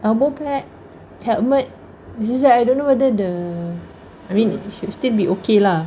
elbow pad helmet it is just that I don't know whether the I mean it should still be okay lah